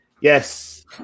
Yes